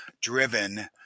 driven